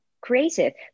creative